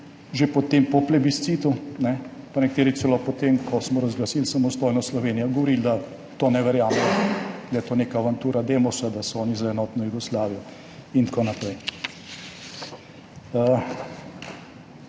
že po plebiscitu, nekateri pa celo po tem, ko smo razglasili samostojno Slovenijo, govorili, da v to ne verjamejo, da je to neka avantura Demosa, da so oni za enotno Jugoslavijo in tako naprej.